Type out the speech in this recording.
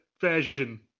version